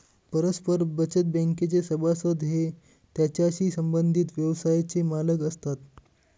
परस्पर बचत बँकेचे सभासद हे त्याच्याशी संबंधित व्यवसायाचे मालक असतात